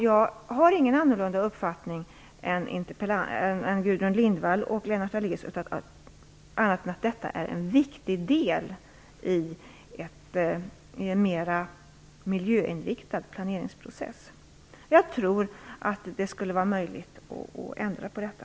Jag har ingen annorlunda uppfattning än Gudrun Lindvall och Lennart Daléus, att detta är en viktig del i en mera miljöinriktad planeringsprocess. Jag tror att det skulle vara möjligt att ändra på detta.